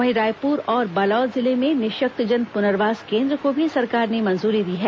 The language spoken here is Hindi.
वहीं रायपुर और बालोद जिले में निःशक्तजन पुनर्वास केंद्र को भी सरकार ने मंजूरी दी है